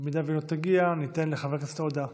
אם היא לא תגיע ניתן לחבר הכנסת עודה,